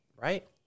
Right